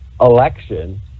election